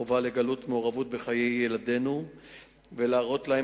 החובה לגלות מעורבות בחיי ילדינו ולהראות להם